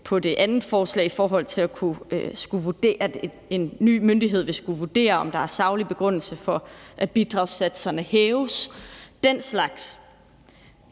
det andet forslag vil være forud eller bagud, når en ny myndighed vil skulle vurdere, om der er en saglig begrundelse for, at bidragssatserne hæves. Og